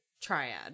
triad